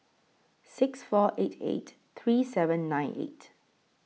six four eight eight three seven nine eight